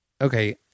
Okay